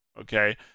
Okay